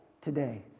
today